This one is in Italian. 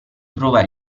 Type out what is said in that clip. prova